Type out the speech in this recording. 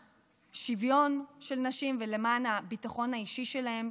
השוויון של נשים ולמען הביטחון האישי שלהן,